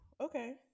okay